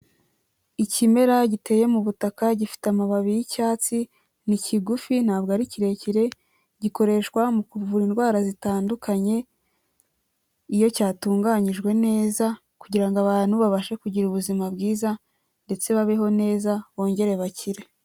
Ikimera giteye mu butaka gifite amababi y'icyatsi ni kigufi ntabwo ari kirekire gikoreshwa mu kuvura indwara zitandukanye, iyo cyatunganyijwe neza kugirango abantu babashe kugira ubuzima bwiza ndetse babeho neza bongere bakire.